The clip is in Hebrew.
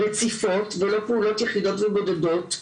רציפות ולא פעילויות יחידות ובודדות.